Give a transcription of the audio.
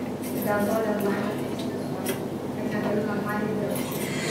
dėl to dedlaino taip stresuoju kad negaliu normaliai dirbt